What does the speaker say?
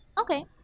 Okay